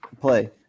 play